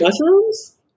mushrooms